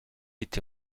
été